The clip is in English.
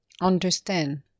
understand